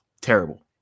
Terrible